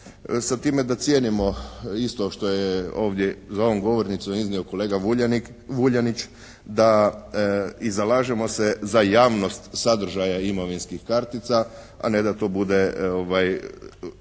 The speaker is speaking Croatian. sa time da cijenimo isto što je ovdje za ovom govornicom iznio kolega Vuljanić da, i zalažemo se za javnost sadržaja imovinskih kartica a ne da to bude